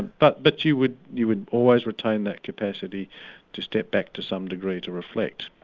but but you would you would always retain that capacity to step back to some degree to reflect.